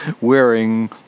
wearing